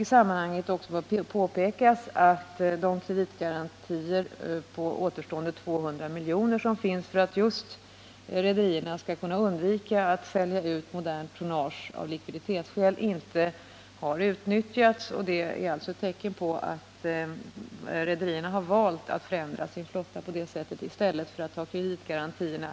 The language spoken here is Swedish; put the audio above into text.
I det sammanhanget kan det vidare påpekas att det återstår medel för kreditgarantier på 200 miljoner, medel som anslagits just för att rederierna skall undvika att sälja ut modernt tonnage av likviditetsskäl. Det förhållandet att dessa medel inte har utnyttjats är tecken på att rederierna medvetet har valt att förändra sin flotta på det sätt som skett.